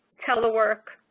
telework,